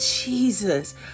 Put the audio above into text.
Jesus